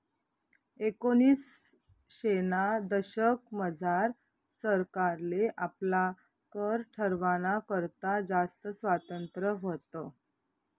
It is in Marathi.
एकोनिसशेना दशकमझार सरकारले आपला कर ठरावाना करता जास्त स्वातंत्र्य व्हतं